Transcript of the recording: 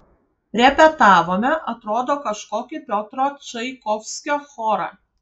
repetavome atrodo kažkokį piotro čaikovskio chorą